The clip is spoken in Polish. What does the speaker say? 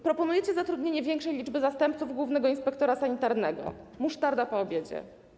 Proponujecie zatrudnienie większej liczby zastępców głównego inspektora sanitarnego - musztarda po obiedzie.